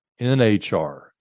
NHR